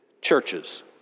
churches